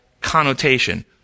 connotation